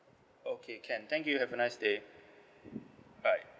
okay can thank you have a nice day okay bye